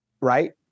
right